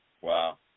Wow